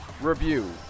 review